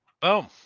Boom